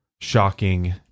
shocking